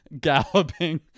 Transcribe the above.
galloping